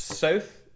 South